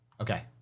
Okay